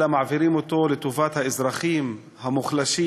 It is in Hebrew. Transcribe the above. אלא מעבירים אותו לטובת האזרחים המוחלשים,